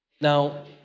now